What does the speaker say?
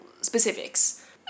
specifics